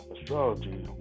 Astrology